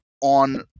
on